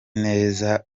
neza